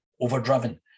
overdriven